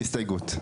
הסתייגות.